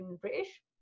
British